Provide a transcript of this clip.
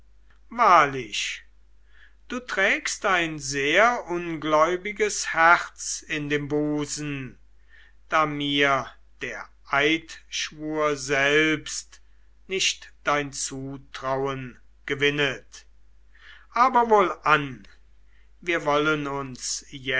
wahrlich du trägst ein sehr ungläubiges herz in dem busen da mir der eidschwur selbst nicht dein zutrauen gewinnet aber wohlan wir wollen uns